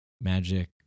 magic